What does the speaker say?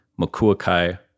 Makuakai